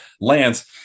Lance